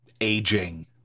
aging